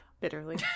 bitterly